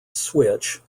switch